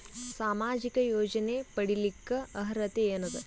ಸಾಮಾಜಿಕ ಯೋಜನೆ ಪಡಿಲಿಕ್ಕ ಅರ್ಹತಿ ಎನದ?